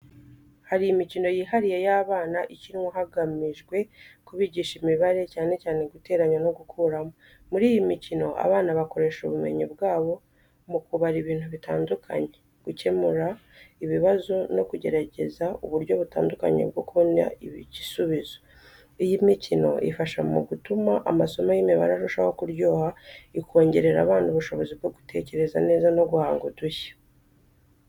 Hari imikino yihariye y’abana ikinwa hagamijwe kwigisha imibare, cyane cyane guteranya no gukuramo. Muri iyi mikino, abana bakoresha ubumenyi bwabo mu kubara ibintu bitandukanye, gukemura ibibazo no kugerageza uburyo butandukanye bwo kubona igisubizo. Iyi mikino ifasha mu gutuma amasomo y’imibare arushaho kuryoha, ikongerera abana ubushobozi bwo gutekereza neza no guhanga udushya.